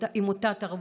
אותה תרבות.